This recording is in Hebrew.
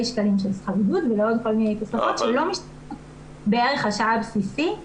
שקלים של שכר עידוד ולעוד כל מיני תוספות שלא משתקפות בערך השעה הבסיסי,